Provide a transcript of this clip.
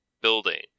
building